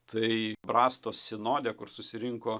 tai brastos sinode kur susirinko